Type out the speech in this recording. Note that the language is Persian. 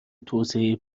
توسعه